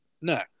No